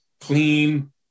clean